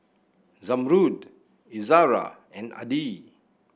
Zamrud Izara and Adi